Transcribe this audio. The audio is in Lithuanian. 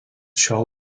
šiol